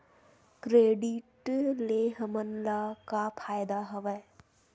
Credit ले हमन ला का फ़ायदा हवय?